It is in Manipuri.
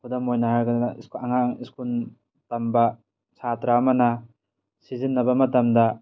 ꯈꯨꯗꯝ ꯑꯣꯏꯅ ꯍꯥꯏꯔꯕꯗ ꯑꯉꯥꯡ ꯁ꯭ꯀꯨꯜ ꯇꯝꯕ ꯁꯥꯇ꯭ꯔ ꯑꯃꯅ ꯁꯤꯖꯤꯟꯅꯕ ꯃꯇꯝꯗ